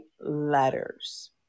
letters